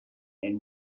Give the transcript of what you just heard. elle